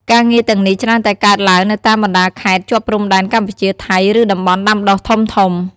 ការងារទាំងនេះច្រើនតែកើតឡើងនៅតាមបណ្ដាខេត្តជាប់ព្រំដែនកម្ពុជា ថៃ ឬតំបន់ដាំដុះធំៗ ។